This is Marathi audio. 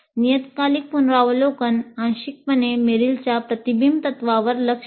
नियतकालिक पुनरावलोकन आंशिकपणे मेरिलच्या प्रतिबिंब तत्त्वावर लक्ष देते